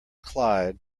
clyde